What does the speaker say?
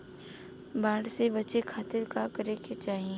बाढ़ से बचे खातिर का करे के चाहीं?